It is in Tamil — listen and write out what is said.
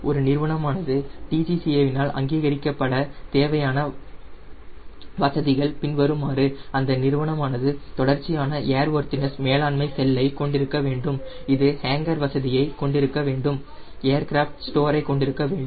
ஒரு நிறுவனமானது DGCA வினால் அங்கீகரிக்கப்பட தேவையான வசதிகள் பின்வருமாறு அந்த நிறுவனமானது தொடர்ச்சியான ஏர்வொர்தினஸ் மேலாண்மை செல்லை கொண்டிருக்க வேண்டும் இது ஹேங்கர் வசதியை கொண்டிருக்க வேண்டும் ஏர்கிராஃப்ட் ஸ்டோரை கொண்டிருக்க வேண்டும்